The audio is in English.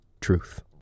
truth